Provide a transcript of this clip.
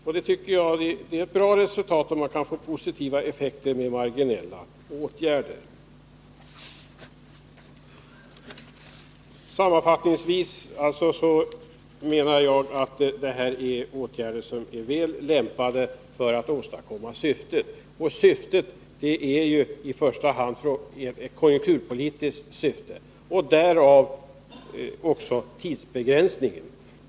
Och jag tycker det är ett bra resultat om man kan få positiva effekter med marginella åtgärder. Sammanfattningsvis menar jag att åtgärderna är väl lämpade för sitt syfte, och syftet är i första hand konjunkturpolitiskt — därav också tidsbegränsningen.